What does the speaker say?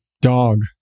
dog